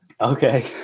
Okay